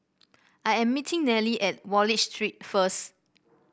I am meeting Nellie at Wallich Street first